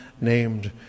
named